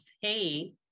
hey